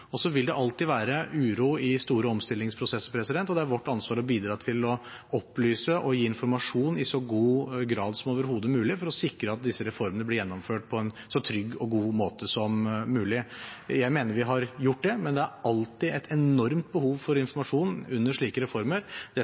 vil alltid være uro i store omstillingsprosesser, og det er vårt ansvar å bidra til å opplyse og gi informasjon i så stor grad som overhodet mulig for å sikre at disse reformene blir gjennomført på en så trygg og god måte som mulig. Jeg mener vi har gjort det, men det er alltid et enormt behov for informasjon under slike reformer. Vi skal gjøre det